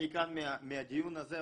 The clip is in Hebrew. אני קם מהדיון הזה,